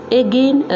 again